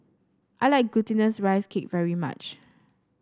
I like Glutinous Rice Cake very much